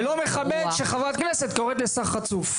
זה לא מכבד שחברת כנסת קוראת לשר חצוף.